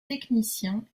techniciens